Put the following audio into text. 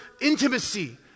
intimacy